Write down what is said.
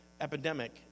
epidemic